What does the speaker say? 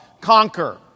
conquer